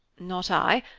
not i.